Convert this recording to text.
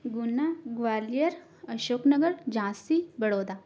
Guna Gwalior Ashoknagar Jhansi Baroda